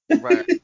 Right